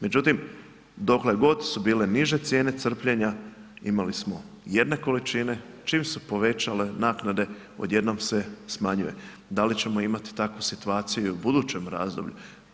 Međutim, dokle god su bile niže cijene crpljenja, imali smo jedne količine, čim su povećale naknade, odjednom se smanjuje, da li ćemo imati takvu situaciju i u budućem razdoblju?